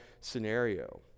scenario